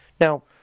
Now